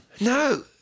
No